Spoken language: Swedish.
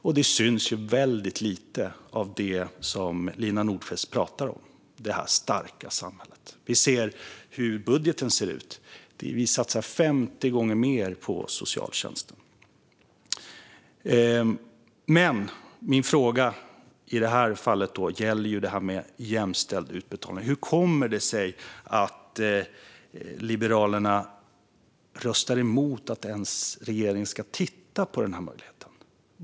Nu syns väldigt lite av det som Lina Nordquist talar om, det starka samhället. Man kan också titta på hur budgeten ser ut. Vi satsar 50 gånger mer på socialtjänsten. Min fråga i det här fallet gäller jämställd utbetalning. Hur kommer det sig att Liberalerna röstar emot att deras regering ska titta på den möjligheten?